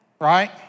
right